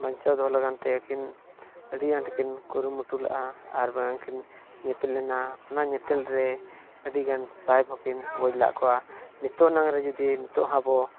ᱵᱟᱧᱪᱟᱣ ᱫᱚᱦᱚ ᱞᱟᱹᱜᱤᱫᱼᱛᱮ ᱟᱹᱠᱤᱱ ᱟᱹᱰᱤ ᱟᱸᱴ ᱠᱤᱱ ᱠᱩᱨᱩᱢᱩᱴᱩ ᱞᱮᱜᱼᱟ ᱟᱨᱵᱟᱝ ᱠᱤᱱ ᱧᱮᱯᱮᱞ ᱞᱮᱱᱟ ᱚᱱᱟ ᱧᱮᱯᱮᱞ ᱨᱮ ᱟᱹᱰᱤᱜᱟᱱ ᱥᱟᱦᱮᱵᱽ ᱦᱚᱸᱠᱤᱱ ᱜᱚᱡ ᱞᱮᱫ ᱠᱚᱣᱟ ᱱᱤᱛᱳᱜ ᱱᱟᱝᱼᱨᱮ ᱡᱩᱫᱤ ᱱᱤᱛᱚᱜ ᱦᱚᱸ ᱟᱵᱚ